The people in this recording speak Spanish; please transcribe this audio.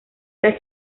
las